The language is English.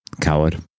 coward